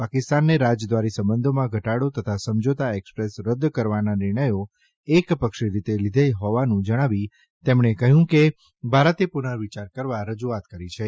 પાકિસ્તાનને રાજદ્રારી સંબંધોમાં ઘટાડો તથા સમજાતા એકસપ્રેસ રદ કરવાના નિર્ણયો એકપક્ષી રીતે લીધા હોવાનું જણાવી તેમણે કહ્યું કે ભારતે પુર્નવિયાર કરવા રજૂઆત કરી છે